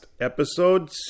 episode